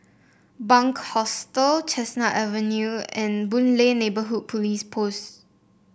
Bunc Hostel Chestnut Avenue and Boon Lay Neighbourhood Police Post